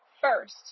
first